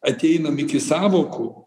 ateinam iki sąvokų